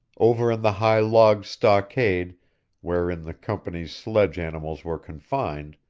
over in the high log stockade wherein the company's sledge animals were confined,